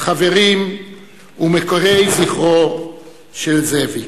חברים ומוקירי זכרו של זאביק,